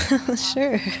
Sure